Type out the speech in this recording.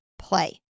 play